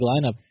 lineup